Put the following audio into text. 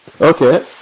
Okay